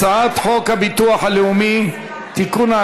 הצעת חוק הביטוח הלאומי (תיקון,